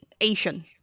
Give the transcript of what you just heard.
asian